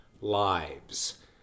lives